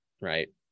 right